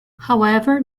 however